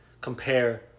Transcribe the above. compare